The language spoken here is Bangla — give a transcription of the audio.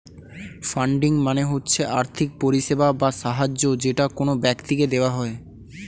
ফান্ডিং মানে হচ্ছে আর্থিক পরিষেবা বা সাহায্য যেটা কোন ব্যক্তিকে দেওয়া হয়